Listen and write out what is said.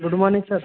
good morning sir